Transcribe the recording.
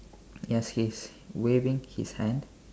yes he's waving his hand